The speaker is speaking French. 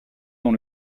dans